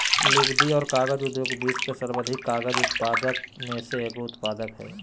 लुगदी और कागज उद्योग विश्व के सर्वाधिक कागज उत्पादक में से एगो उत्पाद हइ